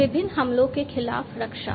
विभिन्न हमलों के खिलाफ रक्षा